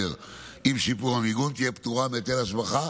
עם שיפור המיגון תהיה פטורה מהיטל השבחה,